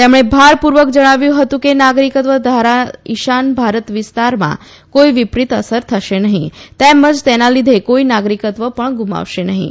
તેમણે ભારપૂર્વક જણાવ્યું હતું કે નાગરિકત્વ ધારાની ઈશાન ભારત વિસ્તારમાં કોઈ વિપરીત અસર થશે નહીં તેમજ તેના લીધે કોઈ નાગરિકત્વ પણ ગૂમાવશે નહીં